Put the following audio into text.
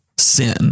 sin